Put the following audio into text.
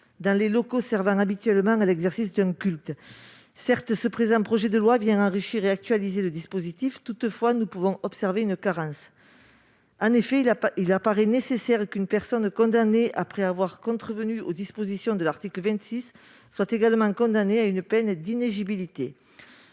dans les locaux servant habituellement à l'exercice du culte. Certes, le présent projet de loi viendra enrichir et actualiser de dispositif. Nous observons toutefois une carence. Il apparaît en effet nécessaire qu'une personne condamnée après avoir contrevenu aux dispositions de l'article 26 soit également condamnée à une peine d'inéligibilité.